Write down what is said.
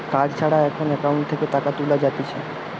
card ছাড়া এখন account থেকে তুলে যাতিছে